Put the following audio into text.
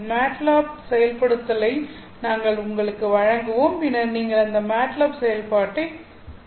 MATLAB செயல்படுத்தலை நாங்கள் உங்களுக்கு வழங்குவோம் பின்னர் நீங்கள் அந்த மாட்லாப் செயல்பாட்டைப் பார்க்கலாம்